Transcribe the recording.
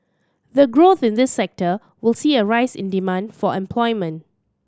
the growth in this sector will see a rise in demand for employment